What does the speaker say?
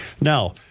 Now